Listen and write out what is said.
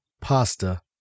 pasta